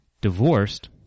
divorced